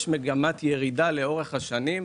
יש מגמת ירידה לאורך השנים.